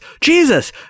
Jesus